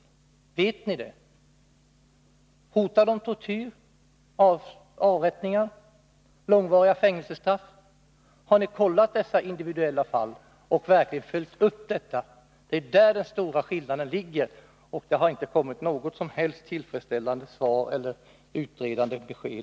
Vet ni det? Hotas de av tortyr, avrättningar eller långvariga fängelsestraff? Har ni kollat dessa individuella fall och verkligen följt upp detta? Det är där den stora skillnaden ligger, och 181 det har inte kommit något som helst tillfredsställande svar eller utredande besked.